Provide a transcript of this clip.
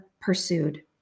pursued